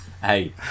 Hey